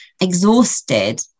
exhausted